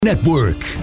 Network